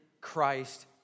Christ